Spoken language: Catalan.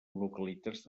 localitats